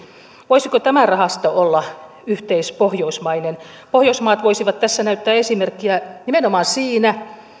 voisiko tämä rahasto olla yhteispohjoismainen pohjoismaat voisivat tässä näyttää esimerkkiä nimenomaan siinä